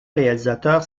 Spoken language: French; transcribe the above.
réalisateurs